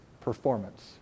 performance